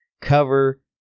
cover